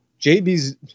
JB's